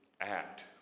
act